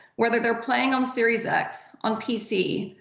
whether they're playing on series x, on pc,